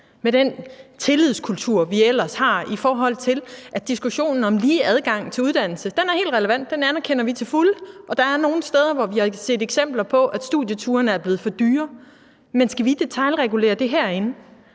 med den tillidskultur, vi ellers har i forhold til diskussionen om lige adgang til uddannelse, og den er helt relevant, den anerkender vi til fulde, og der er nogle steder, hvor vi har set eksempler på, at studieturene er blevet for dyre. Men skal vi detailregulere det herindefra,